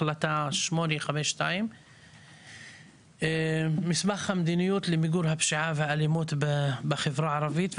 החלטה 852. מסמך המדיניות למיגור הפשיעה והאלימות בחברה הערבית.